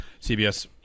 CBS